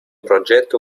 progetto